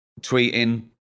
tweeting